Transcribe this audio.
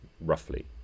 roughly